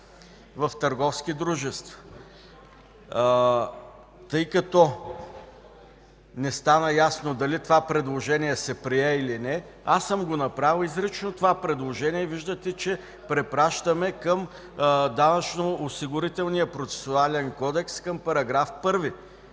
в търговски дружества. Тъй като не стана ясно дали се прие, или не, съм направил изрично това предложение и виждате, че препращаме към Данъчно-осигурителния процесуален кодекс, към § 1.